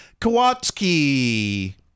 Kowalski